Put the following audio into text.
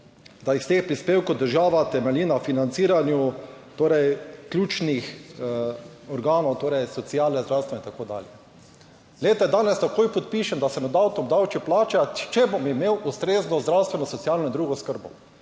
da iz teh prispevkov država temelji na financiranju ključnih organov, torej sociale, zdravstva in tako dalje. Glejte, danes takoj podpišem, da se ne da obdavči plača, če bom imel ustrezno zdravstveno, socialno in drugo oskrbo.